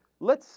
let's